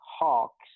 hawks